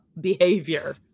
behavior